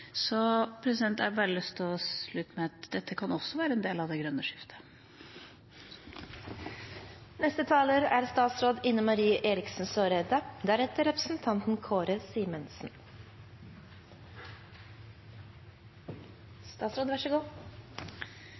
Jeg har bare lyst til å slutte med at dette også kan være en del av det grønne skiftet.